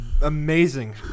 amazing